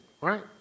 right